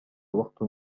وقت